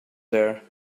there